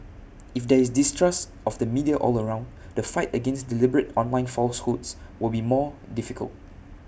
if there is distrust of the media all around the fight against deliberate online falsehoods will be more difficult